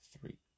three